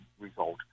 result